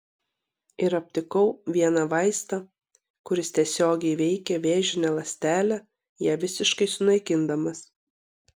ir aptikau vieną vaistą kuris tiesiogiai veikia vėžinę ląstelę ją visiškai sunaikindamas